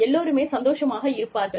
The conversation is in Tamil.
எல்லோருமே சந்தோஷமாக இருப்பார்கள்